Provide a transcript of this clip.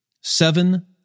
seven